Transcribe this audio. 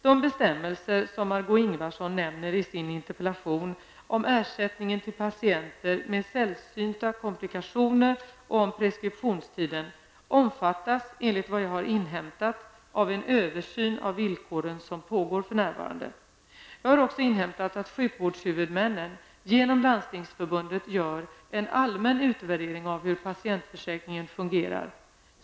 De bestämmelser som Margó Ingvardsson nämner i sin interpellation om ersättningen till patienter med sällsynta komplikationer och om preskriptionstiden omfattas enligt vad jag har inhämtat av en översyn av villkoren som pågår för närvarande. Jag har också inhämtat att sjukvårdshuvudmännen genom Landstingsförbundet gör en allmän utvärdering av hur patientförsäkringen fungerar.